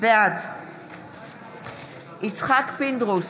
בעד יצחק פינדרוס,